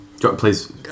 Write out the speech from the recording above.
Please